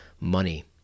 money